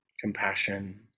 compassion